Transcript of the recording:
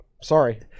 Sorry